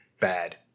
bad